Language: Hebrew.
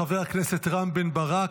חבר הכנסת רם בן ברק,